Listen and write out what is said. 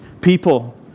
people